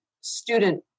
student